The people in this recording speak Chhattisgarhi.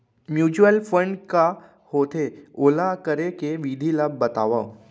म्यूचुअल फंड का होथे, ओला करे के विधि ला बतावव